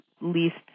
least